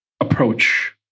approach